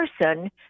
person